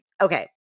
okay